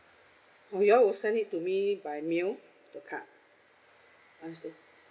you all will send it to me by mail the card I see